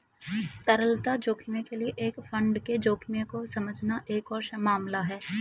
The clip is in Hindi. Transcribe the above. तरलता जोखिम के लिए एक फंड के जोखिम को समझना एक और मामला है